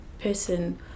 person